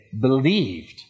believed